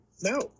No